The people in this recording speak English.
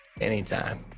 Anytime